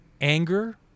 anger